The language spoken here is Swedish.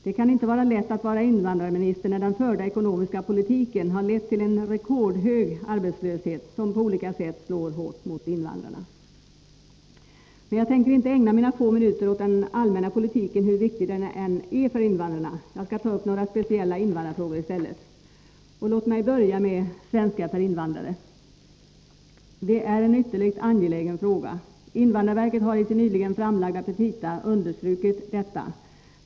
Det kan inte vara lätt att vara invandrarminister när den förda ekonomiska politiken har lett till en rekordhög arbetslöshet, som på olika sätt slår hårt mot invandrarna. Men jag tänker inte ägna mina få minuter åt den allmänna politiken, hur viktig den än är för invandrarna. Jag skall i stället ta upp några speciella invandrarfrågor. Låt mig börja med svenska för invandrare. Det är en ytterligt angelägen fråga. Invandrarverket har i sina nyligen framlagda petita understrukit detta.